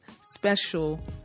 special